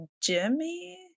jimmy